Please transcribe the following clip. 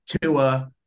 Tua